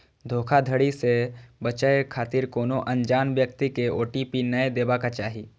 धोखाधड़ी सं बचै खातिर कोनो अनजान व्यक्ति कें ओ.टी.पी नै देबाक चाही